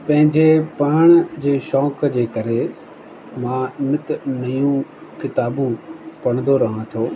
पंहिंजे पढ़ण जे शौक जे करे मां नित नयूं किताबूं पढ़ंदो रहा थो